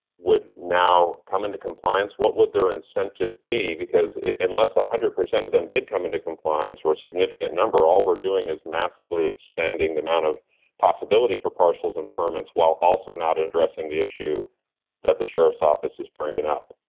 would now come into compliance? what would their incentive be? because unless one ah hundred percent of them did come into compliance or a significant number, all we're doing is massively expanding the amount of possibility for parcels and permits while also not addressing the issue that the sheriff's office is bringing up.